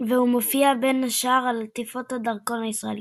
והוא מופיע, בין השאר, על עטיפת הדרכון הישראלי.